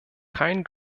kein